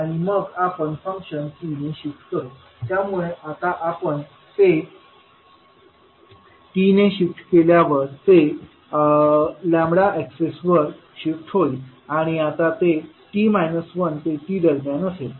आणि मग आपण फंक्शन t ने शिफ्ट करू त्यामुळे आता आपण ते t ने शिफ्ट केल्यावर ते एक्सिस वर शिफ्ट होईल आणि आता ते t 1ते t दरम्यान असेल